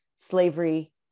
slavery